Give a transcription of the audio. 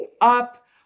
up